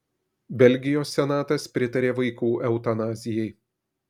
belgijos senatas pritarė vaikų eutanazijai